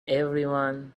everyone